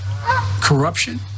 Corruption